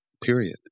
period